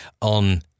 on